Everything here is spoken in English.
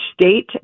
state